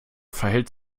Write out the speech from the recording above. verhält